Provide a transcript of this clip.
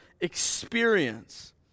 experience